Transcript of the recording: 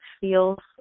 feels